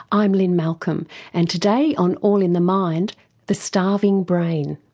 i'm lynne malcolm and today on all in the mind the starving brain.